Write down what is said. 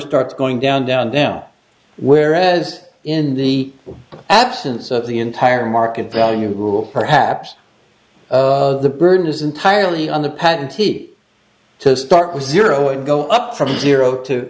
starts going down down down whereas in the absence of the entire market value rule perhaps the burden is entirely on the patentee to start with zero and go up from zero to